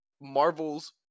Marvel's